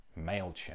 MailChimp